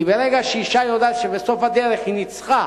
כי ברגע שאשה יודעת שבסוף הדרך היא ניצחה